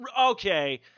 okay